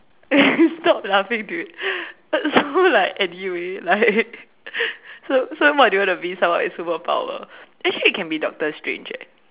eh stop laughing dude so like anyway like so so what do you want to be like superpower actually you can be doctor strange eh